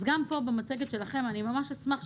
אז גם פה במצגת שלכם אני ממש אשמח,